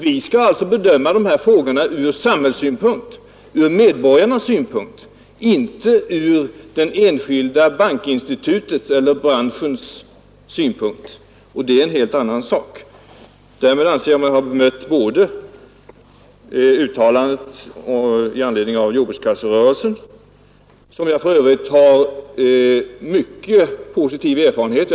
Vi skall ju bedöma de här frågorna ur samhällssynpunkt, ur medborgarnas synpunkt, inte ur de enskilda bankinstitutens eller branschens synpunkt, och det är en helt annan sak. Därmed anser jag mig ha bemött uttalandet om jordbrukskasserörelsen, som jag för övrigt har mycket positiv erfarenhet av.